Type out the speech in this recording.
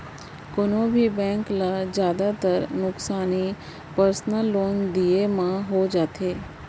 कोनों भी बेंक ल जादातर नुकसानी पर्सनल लोन दिये म हो जाथे